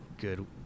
good